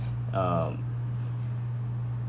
um